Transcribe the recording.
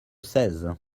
seize